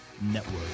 Network